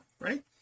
right